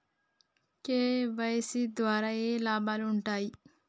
KYC ద్వారా ఏఏ లాభాలు ఉంటాయి?